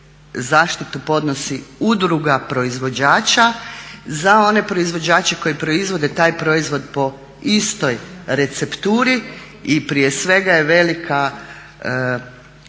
zaštitu podnosi udruga proizvođača za one proizvođače koji proizvode taj proizvod po istoj recepturi. I prije svega je veliki